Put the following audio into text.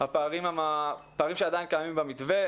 הפערים שעדיין קיימים במתווה.